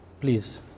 please